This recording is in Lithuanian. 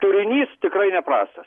turinys tikrai neprastas